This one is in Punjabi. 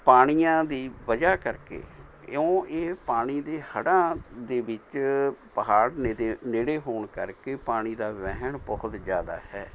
ਪਾਣੀਆਂ ਦੀ ਵਜ੍ਹਾ ਕਰਕੇ ਇਉਂ ਇਹ ਪਾਣੀ ਦੇ ਹੜ੍ਹਾਂ ਦੇ ਵਿੱਚ ਪਹਾੜ ਨੇੜੇ ਨੇੜੇ ਹੋਣ ਕਰਕੇ ਪਾਣੀ ਦਾ ਵਹਿਣ ਬਹੁਤ ਜ਼ਿਆਦਾ ਹੈ